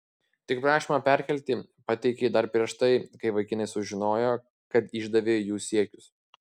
tik prašymą perkelti pateikei dar prieš tai kai vaikinai sužinojo kad išdavei jų siekius